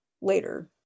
later